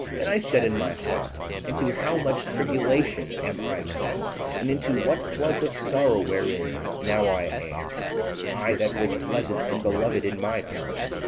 and i said in my heart into how much tribulation am i come, and into what floods of sorrow wherein now i am i that was pleasant and beloved in my power!